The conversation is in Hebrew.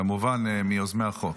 כמובן, לברך.